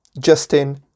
Justin